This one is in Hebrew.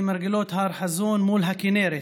למרגלות הר חזון מול הכינרת,